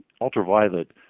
ultraviolet